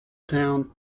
town